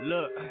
Look